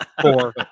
Four